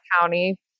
County